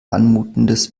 anmutendes